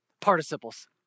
participles